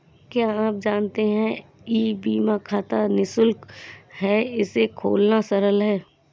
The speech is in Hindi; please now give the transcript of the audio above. क्या आप जानते है ई बीमा खाता निशुल्क है, इसे खोलना सरल है?